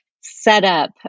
setup